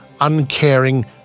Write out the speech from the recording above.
uncaring